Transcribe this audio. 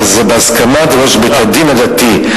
אבל זה בהסכמת ראש בית-הדין הדתי.